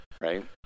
right